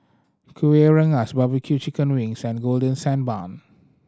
Kueh Rengas barbecue chicken wings and Golden Sand Bun